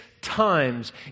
times